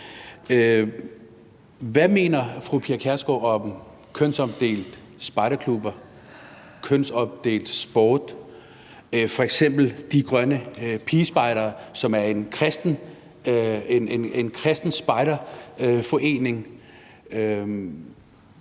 Hvad mener fru Pia Kjærsgaard om kønsopdelte spejderklubber, kønsopdelt sport, f.eks. De grønne pigespejdere, som er en kristen spejderforening,